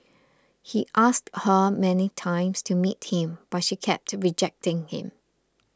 he asked her many times to meet him but she kept rejecting him